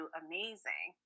amazing